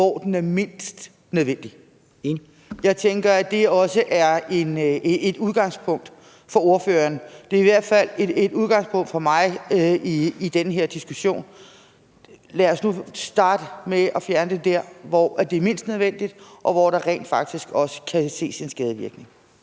hvor den er mindst nødvendig. Enig. Jeg tænker, at det også er et udgangspunkt for ordføreren. Det er i hvert fald et udgangspunkt for mig i den her diskussion. Lad os nu starte med at fjerne det der, hvor det er mindst nødvendigt, og hvor der rent faktisk også kan ses en skadevirkning.